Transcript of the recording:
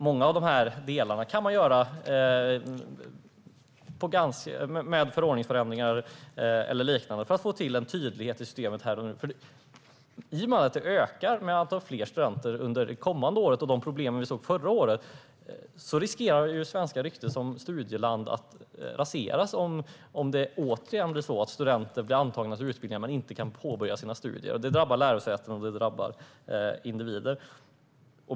Mycket av detta kan man göra genom förordningsförändringar och liknande för att få till en tydlighet i systemet här och nu. I och med de problem vi såg förra året och att antalet studenter ökar under det kommande året riskerar Sveriges rykte som studieland att raseras om det åter blir så att studenter blir antagna till utbildningar men inte kan påbörja sina studier. Det drabbar såväl lärosäten som individer.